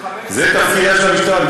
--- זה תפקידה של המשטרה.